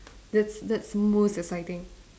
that's that's most exciting